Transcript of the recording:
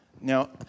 Now